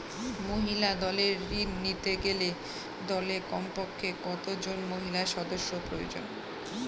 মহিলা দলের ঋণ নিতে গেলে দলে কমপক্ষে কত জন মহিলা সদস্য প্রয়োজন?